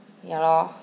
ya lor